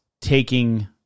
taking